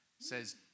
says